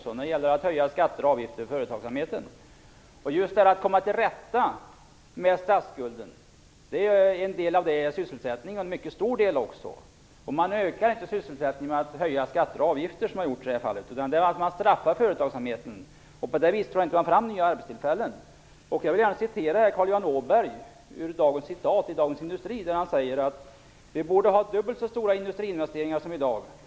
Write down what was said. Åtgärder för sysselsättningen är en mycket stor del av arbetet med att komma till rätta med statsskulden, och man ökar inte sysselsättningen genom att höja skatter och avgifter, som nu har skett, utan det är att straffa företagsamheten. På det sättet får man inte fram nya arbetstillfällen. Jag vill här referera till Carl Johan Åberg, som i Dagens citat i Dagens Industri säger att vi borde ha dubbelt så stora industriinvesteringar som de vi nu har.